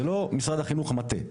זה לא משרד החינוך מול המטה.